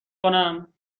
کنم